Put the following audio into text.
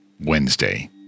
Wednesday